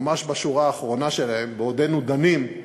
ממש בשורה האחרונה שלהם, בעודנו דנים,